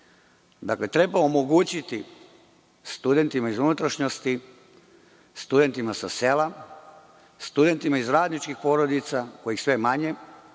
jednim. Treba omogućiti studentima iz unutrašnjosti, studentima sa sela, studentima iz radničkih porodica kojih je sve manje,